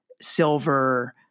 silver